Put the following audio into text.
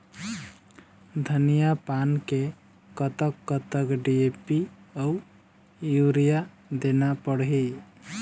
धनिया पान मे कतक कतक डी.ए.पी अऊ यूरिया देना पड़ही?